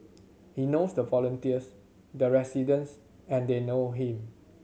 he knows the volunteers the residents and they know him